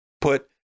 put